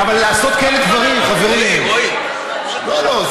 אבל לעשות כאלה דברים, חברים, רועי, רועי, לא, לא.